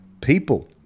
people